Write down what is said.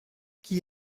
qui